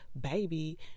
baby